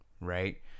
Right